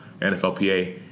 NFLPA